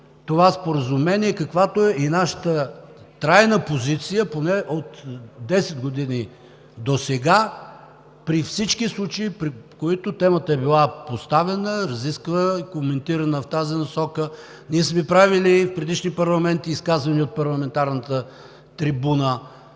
това споразумение, каквато е и нашата трайна позиция поне от десет години досега при всички случаи, при които темата е била поставяна, разисквана, коментирана в тази насока. Ние сме правили и в предишни парламенти изказвания от парламентарната трибуна.